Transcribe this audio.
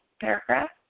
paragraph